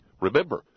Remember